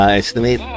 estimate